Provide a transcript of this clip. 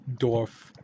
dwarf